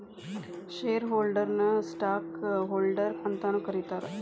share ಹೋಲ್ಡರ್ನ ನ stockholder ಅಂತಾನೂ ಕರೇತಾರ